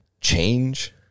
change